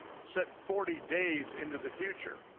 set forty days into the future.